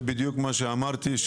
זה בדיוק מה שאמרתי.